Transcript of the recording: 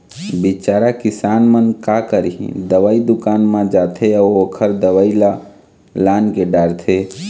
बिचारा किसान मन का करही, दवई दुकान म जाथे अउ ओखर दवई ल लानके डारथे